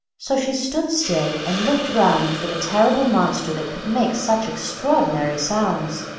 so she stood still and looked round for the terrible monster that could make such extraordinary sounds.